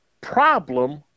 problem